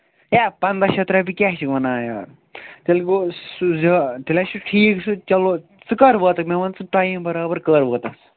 ہے پَنٛداہ شَتھ رۄپیہِ کیٛاہ چھِ وَنان یارٕ تیٚلہِ گوٚو سُہ زیادٕ تیٚلہِ ہا چھُ ٹھیٖک سُہ چَلو ژٕ کر واتَکھ مےٚ وَن ژٕ ٹایم برابر ژٕ کَر واتَکھ